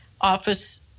office